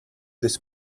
this